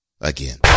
Again